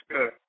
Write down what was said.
Good